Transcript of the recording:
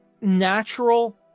natural